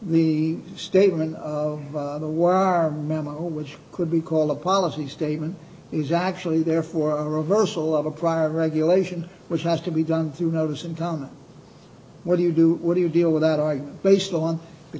the statement why are memo which could be called a policy statement is actually there for a reversal of a prior regulation which has to be done through notice in town where you do what do you deal with that are based on the